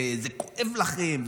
וזה כואב לכם,